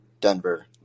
Denver